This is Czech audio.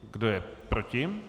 Kdo je proti?